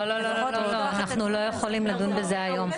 אבל זאת לא רק בדיקת שחרור של תוצרת.